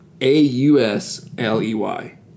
A-U-S-L-E-Y